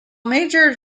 major